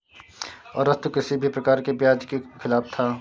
अरस्तु किसी भी प्रकार के ब्याज के खिलाफ था